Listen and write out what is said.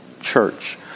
church